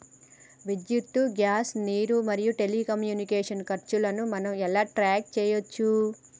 విద్యుత్ గ్యాస్ నీరు మరియు టెలికమ్యూనికేషన్ల ఖర్చులను మనం ఎలా ట్రాక్ చేయచ్చు?